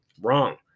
Wrong